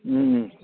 उम